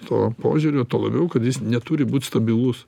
to požiūrio tuo labiau kad jis neturi būt stabilus